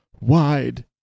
wide